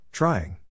Trying